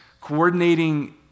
coordinating